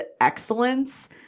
excellence